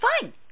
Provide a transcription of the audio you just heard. fine